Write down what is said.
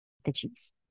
strategies